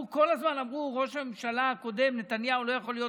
כל הזמן אמרו שראש הממשלה הקודם נתניהו לא יכול להיות